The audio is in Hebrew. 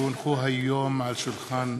כי הונחו היום על שולחן הכנסת,